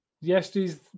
Yesterday's